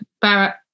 Barrett